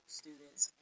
students